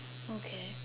okay